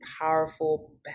powerful